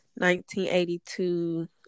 1982